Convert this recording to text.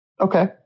Okay